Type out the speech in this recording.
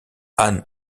ann